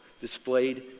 displayed